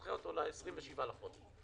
לדחות אותו ל-27 בחודש,